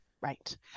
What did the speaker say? Right